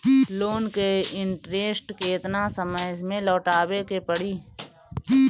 Loan के interest केतना समय में लौटावे के पड़ी?